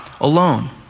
alone